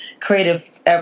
creative